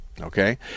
okay